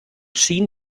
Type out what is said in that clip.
schien